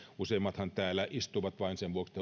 useimmathan täällä istuvat vain sen vuoksi